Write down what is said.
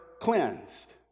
cleansed